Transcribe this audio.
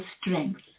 strength